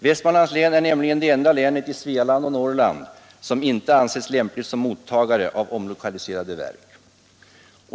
Västmanlands län är nämligen det enda län i Svealand och Norrland som inte ansetts lämpligt som mottagare av omlokaliserade verk.